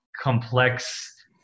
complex